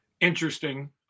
Interesting